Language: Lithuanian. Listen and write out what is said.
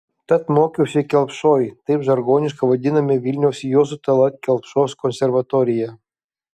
tad mokiausi kelpšoj taip žargoniškai vadinome vilniaus juozo tallat kelpšos konservatoriją